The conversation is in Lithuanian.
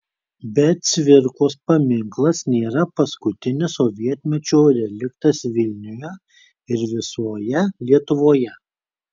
bet cvirkos paminklas nėra paskutinis sovietmečio reliktas vilniuje ir visoje lietuvoje